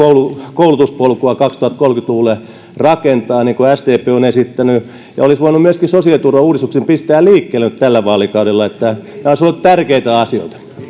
koulutuspolkua kaksituhattakolmekymmentä luvulle rakentaa niin kuin sdp on esittänyt olisi voinut myöskin sosiaaliturvauudistuksen pistää liikkeelle nyt tällä vaalikaudella nämä olisivat olleet tärkeitä asioita